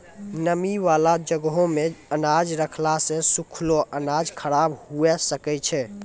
नमी बाला जगहो मे अनाज रखला से सुखलो अनाज खराब हुए सकै छै